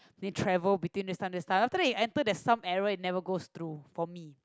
they travel between this side this side after that it enter there's some errors it never go through for me